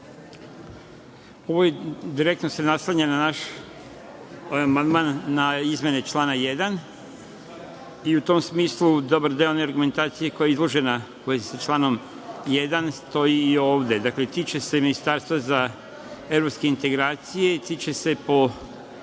Ovo se direktno naslanja na naš amandman na izmene člana 1. i u tom smislu dobar deo one argumentacije koja je izložena u vezi sa članom 1. stoji i ovde, a tiče se ministarstva za evropske integracije i tiče se, po